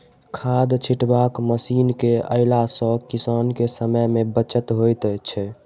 खाद छिटबाक मशीन के अयला सॅ किसान के समय मे बचत होइत छै